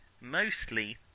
mostly